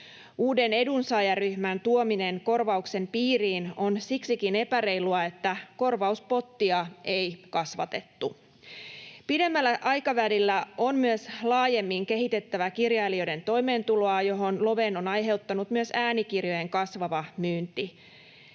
Uuden edunsaajaryhmän tuominen korvauksen piiriin on siksikin epäreilua, että korvauspottia ei kasvatettu. Pidemmällä aikavälillä on myös laajemmin kehitettävä kirjailijoiden toimeentuloa, johon loven on aiheuttanut myös äänikirjojen kasvava myynti.